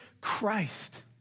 Christ